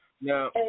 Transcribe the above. Now